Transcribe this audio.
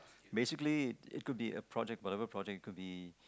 basically it could be a project whatever project could be